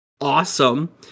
awesome